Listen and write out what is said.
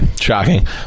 Shocking